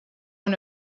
one